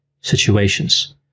situations